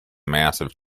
massive